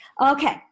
Okay